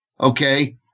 okay